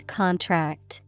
contract